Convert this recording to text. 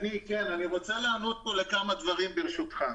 אני רוצה לענות לכמה דברים, ברשותך.